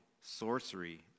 sorcery